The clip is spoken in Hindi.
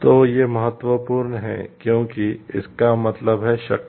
तो ये महत्वपूर्ण हैं क्योंकि इसका मतलब है शक्ति